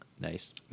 nice